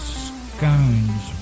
scones